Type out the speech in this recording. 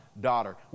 daughter